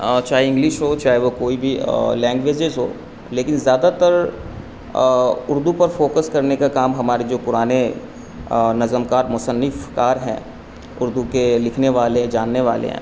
چاہے انگلش ہو چاہے وہ کوئی بھی لینگویزیز ہو لیکن زیادہ تر اردو پر فوکس کرنے کا کام ہمارے جو پرانے نظم کار مصنف کار ہیں اردو کے لکھنے والے جاننے والے ہیں